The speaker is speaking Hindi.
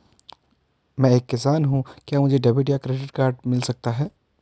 मैं एक किसान हूँ क्या मुझे डेबिट या क्रेडिट कार्ड मिल सकता है?